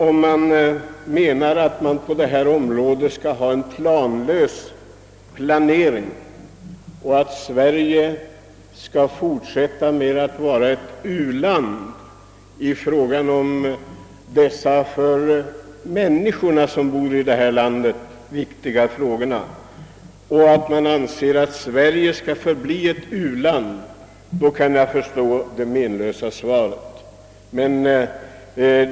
Om avsikten är att Sverige skall fortsätta att vara ett u-land i dessa för de människor som bor i vårt land så viktiga frågor, kan jag dock förstå det menlösa svaret.